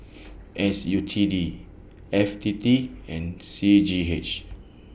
S U T D F T T and C G H